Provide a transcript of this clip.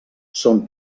són